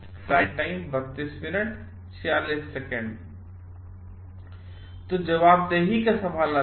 तो जवाबदेही का सवाल आता है